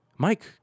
Mike